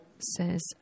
says